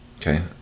Okay